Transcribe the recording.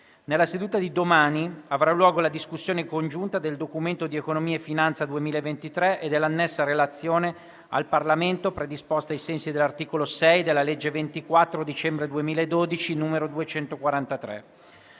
Nella seduta di domani avrà luogo la discussione congiunta del Documento di economia e finanza 2023 e dell'annessa Relazione al Parlamento predisposta ai sensi dell'articolo 6 della legge 24 dicembre 2012, n. 243.